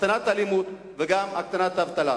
הקטנת האלימות וגם הקטנת האבטלה.